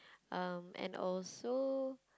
um and also